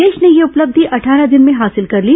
देश ने ये उपलब्धि अट्ठारह दिन में हासिल कर ली